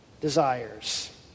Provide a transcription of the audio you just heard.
desires